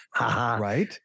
right